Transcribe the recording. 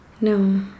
no